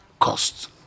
costs